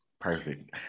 perfect